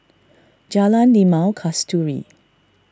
Jalan Limau Kasturi